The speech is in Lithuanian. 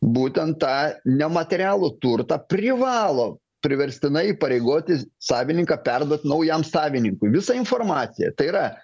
būtent tą nematerialų turtą privalo priverstinai įpareigoti savininką perduot naujam savininkui visą informaciją tai yra